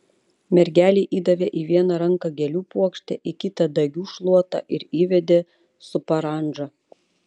mergelei įdavė į vieną ranką gėlių puokštę į kitą dagių šluotą ir įvedė su parandža